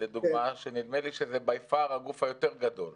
שנדמה לי שזה הגוף הגדול יותר